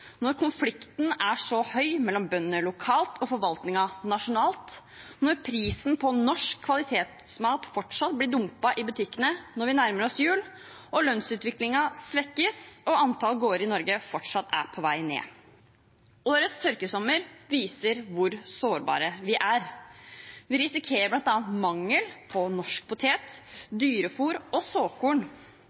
når konflikten er så høy mellom bønder lokalt og forvaltningen nasjonalt, når prisen på norsk kvalitetsmat fortsatt blir dumpet i butikkene når vi nærmer oss jul, når lønnsutviklingen svekkes og antall gårder i Norge fortsatt er på vei ned. Årets tørkesommer viser hvor sårbare vi er. Vi risikerer bl.a. mangel på norsk potet, dyrefôr og såkorn.